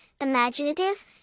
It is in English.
imaginative